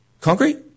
Concrete